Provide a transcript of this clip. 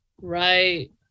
Right